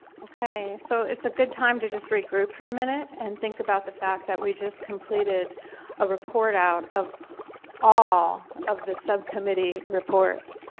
ok. so, it's a good time to just regroup for a minute and think about the fact that we just completed a report out of all of the subcommittee reports.